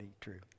true